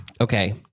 Okay